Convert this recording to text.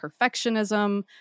perfectionism